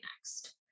next